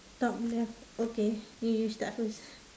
top left okay you you start first